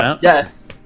Yes